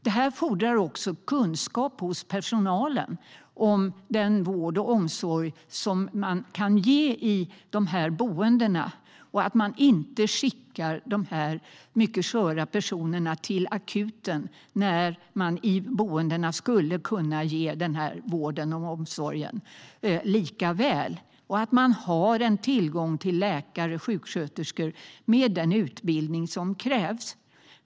Det här fordrar kunskap hos personalen om den vård och omsorg som man kan ge i boendena. Man ska inte skicka dessa mycket sköra personer till akuten när man skulle kunna ge vården och omsorgen lika väl i boendena. Det ska finnas tillgång till läkare och sjuksköterskor med den utbildning som krävs.